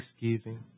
thanksgiving